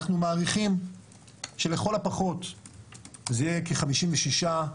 אנחנו מעריכים שלכל הפחות זה יהיה כ-56%,